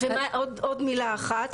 עוד מילה אחת,